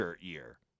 year